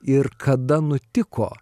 ir kada nutiko